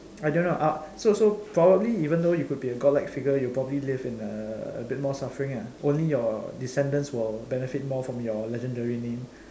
I don't know uh so so probably even though you could be a god like figure you'll probably live in a a bit more more suffering lah only your descendants will benefit more from your legendary name